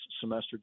semester